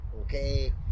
okay